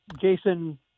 Jason